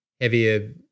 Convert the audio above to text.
heavier